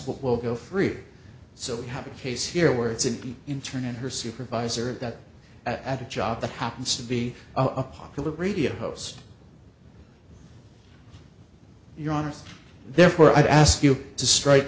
will go free so we have a case here where it's an intern and her supervisor that at a job that happens to be a popular radio host you're honest therefore i ask you to strike